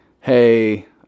hey